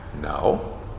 No